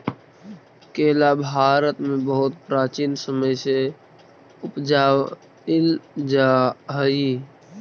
केला भारत में बहुत प्राचीन समय से उपजाईल जा हई